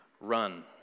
run